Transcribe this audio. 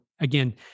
again